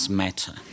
matter